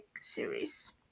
series